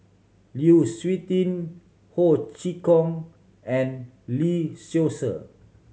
Lu Suitin Ho Chee Kong and Lee Seow Ser